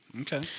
Okay